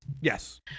Yes